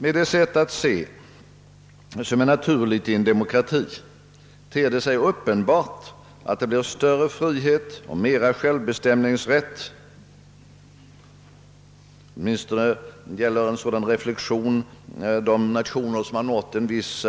Med det sätt att se som är naturligt i en demokrati ter det sig uppenbart, att det blir större frihet och mera självbestämningsrätt — åtminstone gäller en sådan reflexion de nationer som har nått en viss